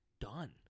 done